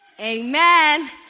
amen